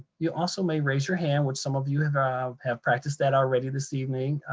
you also may raise your hand, which some of you have ah have practiced that already this evening.